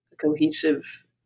cohesive